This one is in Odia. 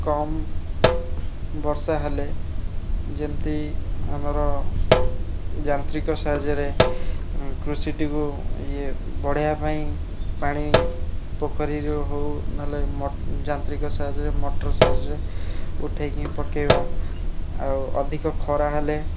କମ୍ ବର୍ଷା ହେଲେ ଯେମତି ଆମର ଯାନ୍ତ୍ରିକ ସାହାଯ୍ୟରେ କୃଷିଟିକୁ ଇଏ ବଢାଇବା ପାଇଁ ପାଣି ପୋଖରୀରୁ ହେଉ ନହେଲେ ମ ଯାନ୍ତ୍ରିକ ସାହାଯ୍ୟରେ ମଟର ସାହାଯ୍ୟରେ ଉଠାଇକି ପକାଇବା ଆଉ ଅଧିକ ଖରାହେଲେ